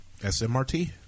SMRT